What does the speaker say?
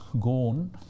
gone